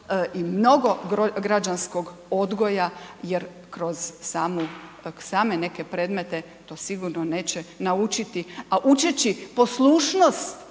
i mnogo građanskog odgoja jer kroz samu, same neke predmete to sigurno neće naučiti, a učeći poslušnost